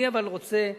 אני אבל רוצה לומר,